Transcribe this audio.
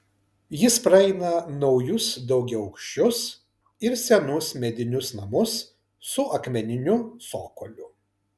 jis praeina naujus daugiaaukščius ir senus medinius namus su akmeniniu cokoliu